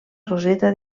roseta